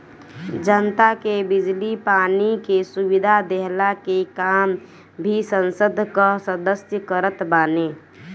जनता के बिजली पानी के सुविधा देहला के काम भी संसद कअ सदस्य करत बाने